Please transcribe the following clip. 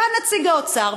בא נציג האוצר,